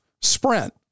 Sprint